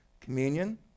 Communion